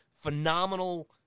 phenomenal